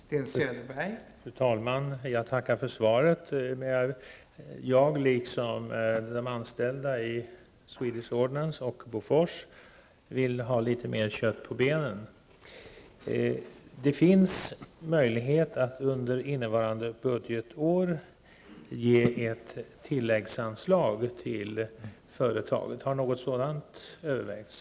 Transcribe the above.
Fru talman! Jag tackar för svaret. Jag liksom de anställda i Swedish Ordnance och Bofors vill ha litet mera kött på benen. Det finns möjlighet att under innevarande budgetår ge tilläggsanslag till företaget. Har något sådant övervägts?